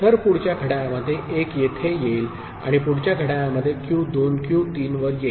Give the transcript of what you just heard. तर पुढच्या घड्याळामध्ये 1 येथे येईल आणि पुढच्या घड्याळामध्ये क्यू 2 क्यू 3 वर येईल